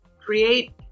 create